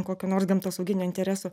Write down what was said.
kokio nors gamtosauginio intereso